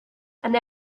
and